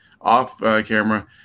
off-camera